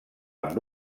amb